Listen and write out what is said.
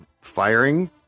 firing